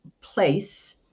place